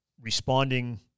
responding